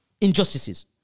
injustices